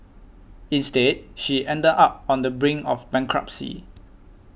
instead she ended up on the brink of bankruptcy